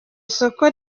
isoko